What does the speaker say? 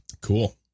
Cool